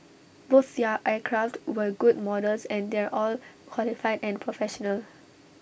both their aircraft were good models and they're all qualified and professional